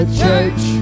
church